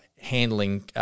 handling